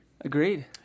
agreed